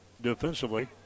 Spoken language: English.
defensively